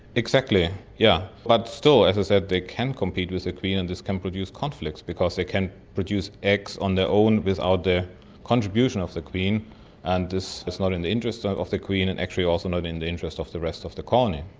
exactly, yes. yeah but still, as i said, they can compete with the queen and this can produce conflicts because they can produce eggs on their own without the contribution of the queen and this is not in the interests of the queen and actually also not in the interests of the rest of the colony.